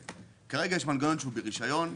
כרגע יש מנגנון שהוא ברשיון.